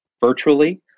virtually